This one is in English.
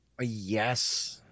yes